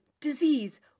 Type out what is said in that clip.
disease